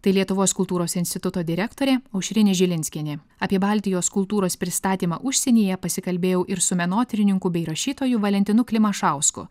tai lietuvos kultūros instituto direktorė aušrinė žilinskienė apie baltijos kultūros pristatymą užsienyje pasikalbėjau ir su menotyrininku bei rašytoju valentinu klimašausku